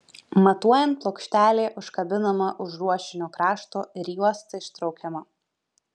matuojant plokštelė užkabinama už ruošinio krašto ir juosta ištraukiama